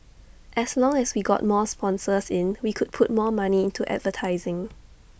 as long as we got more sponsors in we could put more money into advertising